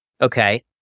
Okay